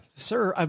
sir. um